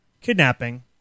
kidnapping